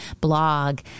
blog